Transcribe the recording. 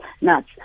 nuts